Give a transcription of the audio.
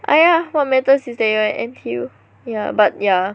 !aiya! what matters is that you are in N_T_U ya but ya